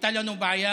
הייתה לנו בעיה